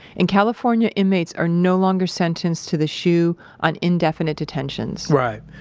in california, inmates are no longer sentenced to the shu on indefinite detentions right.